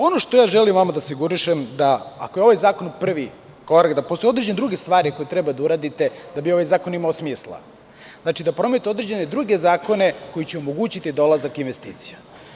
Ono što želim vama da sugerišem je da ako je ovaj zakon prvi korak da postoje određene druge stvari koje treba da uradite da bi ovaj zakon imao smisla, znači da promenite određene druge zakone koji će omogućiti dolazak investicija.